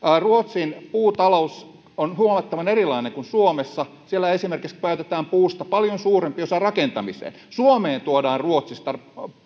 ruotsin puutalous on huomattavan erilaista kuin suomen siellä esimerkiksi käytetään puusta paljon suurempi osa rakentamiseen suomeen tuodaan ruotsista